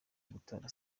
gutora